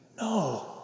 No